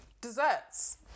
Desserts